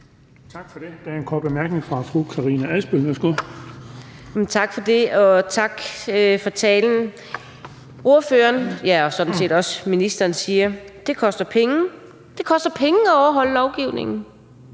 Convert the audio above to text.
Tak for det. Der er en kort bemærkning fra fru Karina Adsbøl. Kl. 17:25 Karina Adsbøl (DF): Tak for det, og tak for talen. Ordføreren og sådan set også ministeren siger, at det koster penge. Ja, det koster penge at overholde lovgivningen,